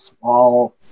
small